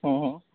ہوں ہوں